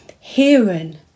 hearing